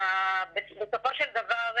בסופו של דבר,